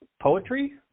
poetry